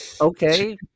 Okay